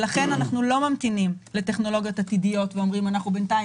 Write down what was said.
לכן אנחנו לא ממתינים לטכנולוגיות עתידיות ואומרים שאנחנו בינתיים